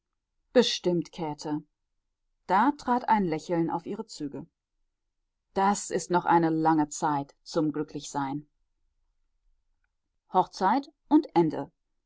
bestimmt käthe da trat ein lächeln auf ihre züge das ist noch eine lange zeit zum glücklichsein hochzeit und ende